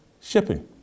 shipping